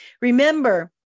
Remember